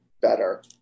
better